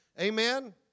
Amen